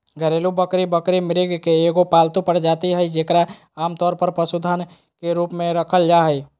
घरेलू बकरी बकरी, मृग के एगो पालतू प्रजाति हइ जेकरा आमतौर पर पशुधन के रूप में रखल जा हइ